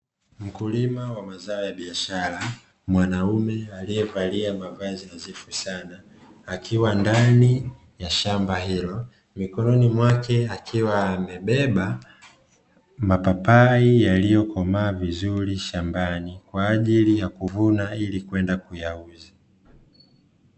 Mkulima wa mazao ya biashara, mwanaume aliyevalia mavazi nadhifu sana, akiwa ndani ya shamba hilo. Mikononi mwake akiwa amebeba mapapai yaliyokomaa vizuri shambani kwa ajili ya kuvuna ili kwenda kuyauza.